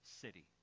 city